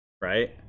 right